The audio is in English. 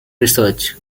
research